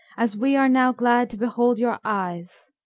as we are now glad to behold your eyes,